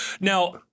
Now